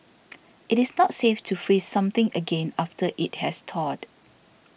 it is not safe to freeze something again after it has thawed